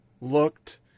looked